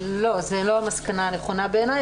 זו לא המסקנה הנכונה בעיני.